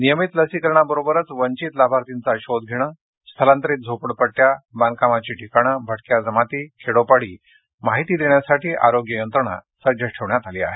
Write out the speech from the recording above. नियमित लसीकरणाबरोबरच वंचित लाभार्थीचा शोध स्थलांतरित झोपडपट्टय़ा बांधकामाच्या ठिकाणी भटक्या जमाती खेडोपाडी माहिती देण्यासाठी आरोग्य यंत्रणा सज्ज ठेवण्यात आली आहे